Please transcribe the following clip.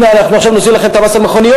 הנה אנחנו עכשיו נוזיל לכם את המס על מכוניות.